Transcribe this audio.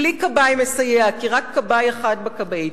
בלי כבאי מסייע, כי רק כבאי אחד בכבאית.